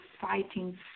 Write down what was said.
fighting